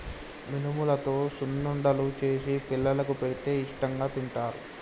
మినుములతో సున్నుండలు చేసి పిల్లలకు పెడితే ఇష్టాంగా తింటారు